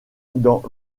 dans